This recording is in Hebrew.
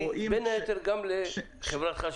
בלוד אנחנו מוכנים אחרי הסבה,